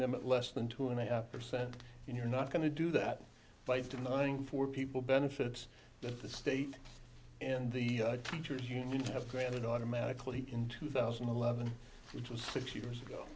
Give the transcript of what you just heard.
at less than two and a half percent and you're not going to do that by denying four people benefits that the state and the teachers union have granted automatically in two thousand and eleven which was six years